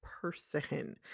person